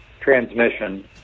transmission